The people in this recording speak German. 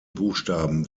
buchstaben